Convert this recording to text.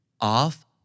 off